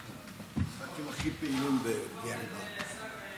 הרעיד פיצוץ אדיר את העיר בואנוס איירס במדינת